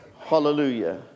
Hallelujah